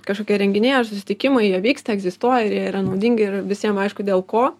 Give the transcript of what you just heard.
kažkokie renginiai ar susitikimai jie vyksta egzistuoja ir jie yra naudingi ir visiem aišku dėl ko